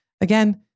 Again